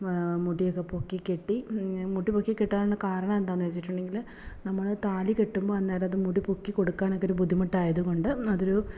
മുടി ഒക്കെ പൊക്കി കെട്ടി മുടി പൊക്കി കെട്ടാനുള്ള കാരണം എന്താണെന്ന് വച്ചിട്ടുണ്ടെങ്കിൽ നമ്മൾ താലി കെട്ടുമ്പോൾ അന്നേരം അത് മുടി പൊക്കി കൊടുക്കാൻ അതൊരു ബുദ്ധിമുട്ടായത് കൊണ്ട് അത് ഒരു